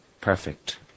perfect